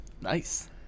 Nice